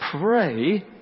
Pray